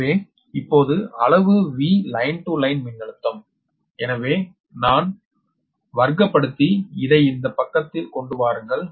எனவே இப்போது அளவு V லைன் டு லைன் மின்னழுத்தம் L L நான் உவர்க்கப்படுத்தி இதை இந்த பக்கத்தில் கொண்டு வாருங்கள்